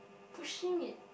pushing it